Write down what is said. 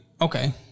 okay